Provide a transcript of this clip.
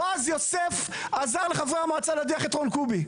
בועז יוסף עזר לחברי המועצה להדיח את רון קובי.